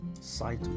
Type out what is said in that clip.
sight